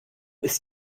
ist